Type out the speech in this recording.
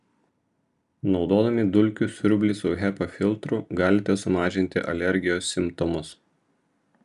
naudodami dulkių siurblį su hepa filtru galite sumažinti alergijos simptomus